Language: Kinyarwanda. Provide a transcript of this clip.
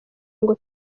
ngo